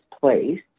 place